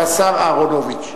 זה השר אהרונוביץ,